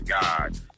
God